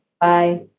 Bye